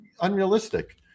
unrealistic